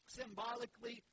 symbolically